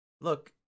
look